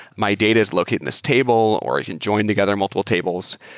my data is located in this table, or i can join together multiple tables.